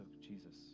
Jesus